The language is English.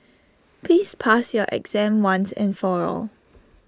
please pass your exam once and for all